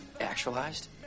actualized